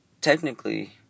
Technically